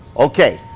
okay,